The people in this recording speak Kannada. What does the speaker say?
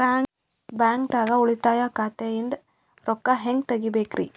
ಬ್ಯಾಂಕ್ದಾಗ ಉಳಿತಾಯ ಖಾತೆ ಇಂದ್ ರೊಕ್ಕ ಹೆಂಗ್ ತಗಿಬೇಕ್ರಿ?